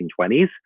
1920s